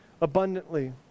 abundantly